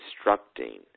instructing